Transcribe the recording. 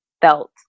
felt